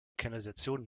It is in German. kanalisation